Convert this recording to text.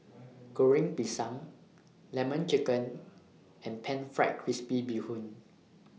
Goreng Pisang Lemon Chicken and Pan Fried Crispy Bee Hoon